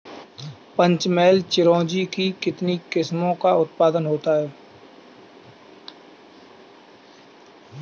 पंचमहल चिरौंजी की कितनी किस्मों का उत्पादन होता है?